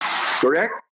correct